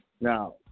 Now